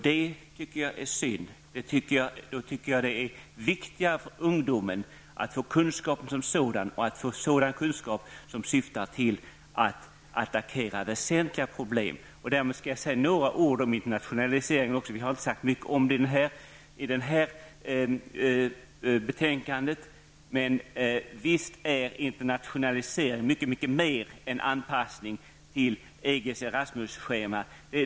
Det tycker jag är synd. Då är det viktigare att ungdomen kan få kunskapen som sådan och att man får kunskap som syftar till att attackera väsentliga problem. Därmed skall jag också säga några ord om internationaliseringen. Det sägs i det här betänkandet inte särskilt mycket om den frågan, men visst innebär internationaliseringen mycket mer än en anpassning till EGs Erasmus-schema.